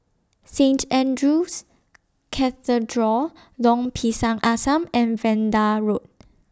Saint Andrew's Cathedral Lorong Pisang Asam and Vanda Road